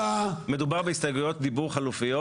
אני כתבתי את ההסתייגויות שלנו.